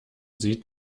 sieht